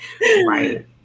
Right